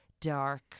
dark